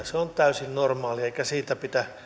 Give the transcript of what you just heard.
se on täysin normaalia eikä siitä